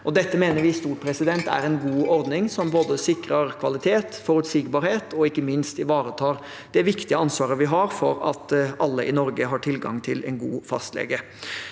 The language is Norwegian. Dette mener vi i stort er en god ordning, som sikrer både kvalitet og forutsigbarhet og ikke minst ivaretar det viktige ansvaret vi har for at alle i Norge har tilgang til en god fastlege.